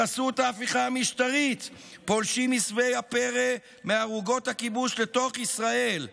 בחסות ההפיכה המשטרית פולשים עשבי הפרא מערוגות הכיבוש לתוך ישראל,